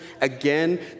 Again